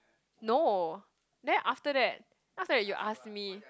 no then after that after that you ask me